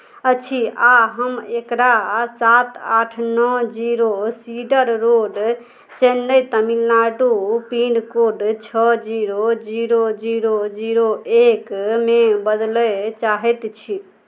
अछि आ हम एकरा सात आठ नओ zero cedar road Chennai Tamil Nadu pincode छओ जीरो जीरो जीरो जीरो एकमे बदलय चाहैत छी